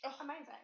Amazing